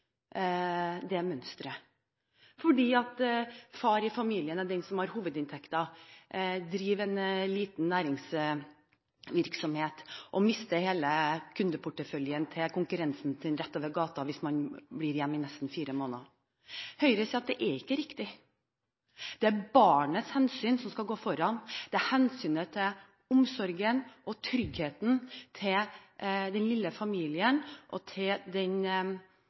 fordi far i familien er den som har hovedinntekten, driver en liten næringsvirksomhet og mister hele kundeporteføljen til konkurrenten sin rett over gata hvis han blir hjemme i nesten fire måneder? Høyre sier at dette ikke er riktig. Det er hensynet til barnet som skal gå foran. Det er hensynet til tryggheten til den lille familien og